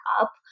up